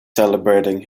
celebrating